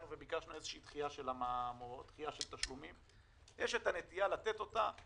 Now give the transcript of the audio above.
דחייה של תשלומים, יש הנטייה לתת אותה,